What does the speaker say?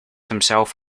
himself